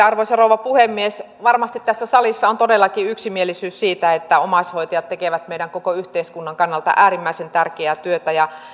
arvoisa rouva puhemies varmasti tässä salissa on todellakin yksimielisyys siitä että omaishoitajat tekevät meidän koko yhteiskuntamme kannalta äärimmäisen tärkeää työtä